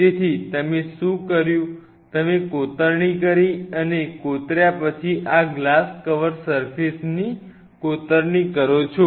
તેથી તમે શું કર્યું તમે કોતરણી કરી અને કોતર્યા પછી આ ગ્લાસ ક વર સર્ફેસ ની કોતરણી કરો છો